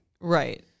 Right